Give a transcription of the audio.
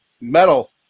metal